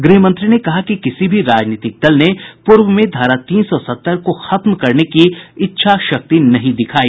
गृह मंत्री ने कहा कि किसी भी राजनीतिक दल ने पूर्व में धारा तीन सौ सत्तर को खत्म करने की इच्छा शक्ति नहीं दिखाई